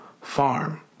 farm